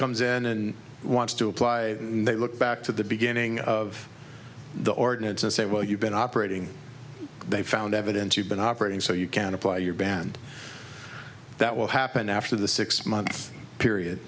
comes in and wants to apply and they look back to the beginning of the ordinance and say well you've been operating they found evidence you've been operating so you can apply your band that will happen after the six month period